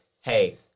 hey